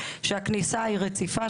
הכניסה היא רציפה,